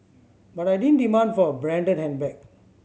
but I didn't demand for a branded handbag